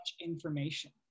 information